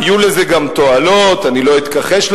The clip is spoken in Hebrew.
היו לזה גם תועלות, אני לא אתכחש לתועלות,